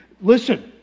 listen